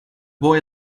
boy